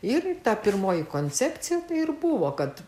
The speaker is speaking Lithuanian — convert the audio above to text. ir ta pirmoji koncepcija tai ir buvo kad